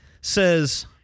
says